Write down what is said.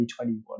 2021